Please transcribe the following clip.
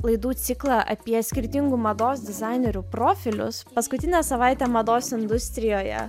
laidų ciklą apie skirtingų mados dizainerių profilius paskutinė savaitė mados industrijoje